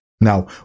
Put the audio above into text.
Now